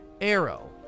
arrow